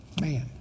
man